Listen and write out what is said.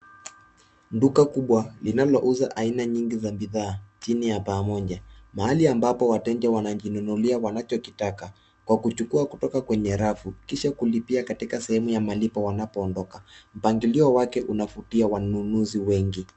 Duka kubwa linalouza aina nyingi za bidhaa chini ya paa moja, mahali ambapo wateja wanajinunulia wanachokitaka kwa kuchukua kutoka kwenye rafu kisha kulipia katika sehemu ya malipo wanapoondoka. Mpangilio wake unavutia wanunuzi wengi.